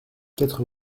quatre